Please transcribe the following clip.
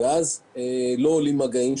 ואז לא עולים מגעים,